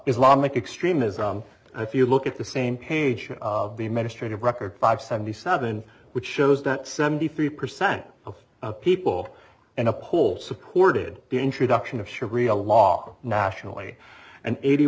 islamic extremism and if you look at the same page the ministry of record five seventy seven which shows that seventy three percent of people in a poll supported the introduction of sharia law nationally and eighty